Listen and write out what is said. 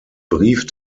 brief